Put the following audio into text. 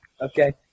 Okay